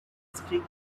streak